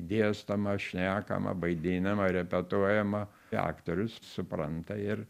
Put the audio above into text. dėstoma šnekama vaidinama repetuojama aktorius supranta ir